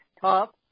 top